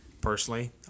Personally